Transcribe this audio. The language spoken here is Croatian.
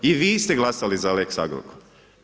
I vi ste glasali za lex Agrokor.